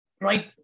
right